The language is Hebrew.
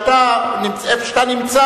ושאיפה שאתה נמצא,